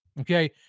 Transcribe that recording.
Okay